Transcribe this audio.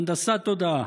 הנדסת תודעה.